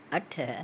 अठ